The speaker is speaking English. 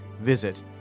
Visit